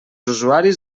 usuaris